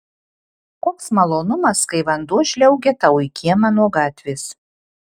koks malonumas kai vanduo žliaugia tau į kiemą nuo gatvės